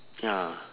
ya